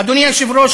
אדוני היושב-ראש,